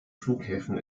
flughäfen